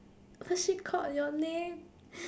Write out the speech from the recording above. !wah! she called your name